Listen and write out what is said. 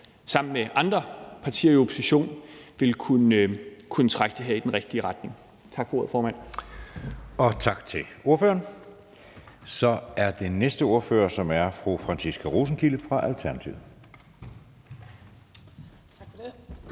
sammen med andre partier i oppositionen vil kunne trække det her i den rigtige retning. Tak for ordet, formand. Kl. 19:46 Anden næstformand (Jeppe Søe): Tak til ordføreren. Så er den næste ordfører fru Franciska Rosenkilde fra Alternativet.